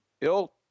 ill